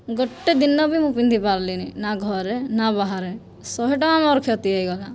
ଗୋଟିଏ ଦିନ ବି ମୁଁ ପିନ୍ଧିପାରିଲିନାହିଁ ନା ଘରେ ନା ବାହାରେ ଶହେ ଟଙ୍କା ମୋର କ୍ଷତି ହୋଇଗଲା